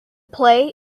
play